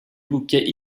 bouquet